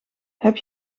heb